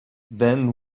then